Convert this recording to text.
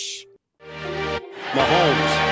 Mahomes